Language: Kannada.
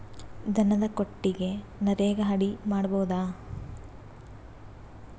ದನದ ಕೊಟ್ಟಿಗಿ ನರೆಗಾ ಅಡಿ ಮಾಡಬಹುದಾ?